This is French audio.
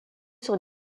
sont